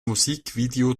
musikvideo